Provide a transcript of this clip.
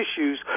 issues